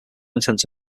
intents